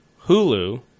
Hulu